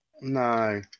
No